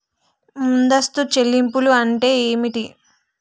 ముందస్తు చెల్లింపులు అంటే ఏమిటి?